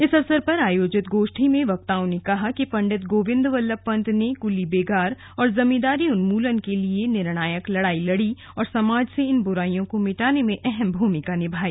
इस अवसर पर आयोजित गोष्ठी में वक्ताओं ने कहा कि पंडित गोविंद बल्लभ ने कुली बेगार और जमींदारी उन्मूलन के लिए निर्णायक लड़ाई लड़ी और समाज से इन बुराइयों को मिटाने में अहम भूमिका निभाई